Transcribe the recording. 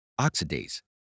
oxidase